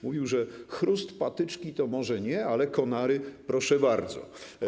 Mówił, że chrust, patyczki to może nie, ale konary - proszę bardzo.